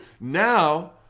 now